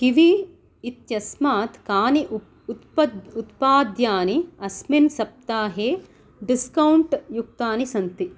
kiwi इत्यस्मात् कानि उत्पाद्यानि अस्मिन् सप्ताहे डिस्कौण्ट् युक्तानि सन्ति